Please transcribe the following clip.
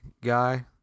guy